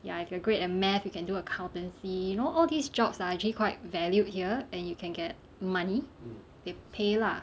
ya if you are great at math you can do accountancy you know all these jobs are actually quite valued here and you can get money they pay lah